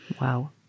Wow